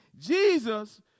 Jesus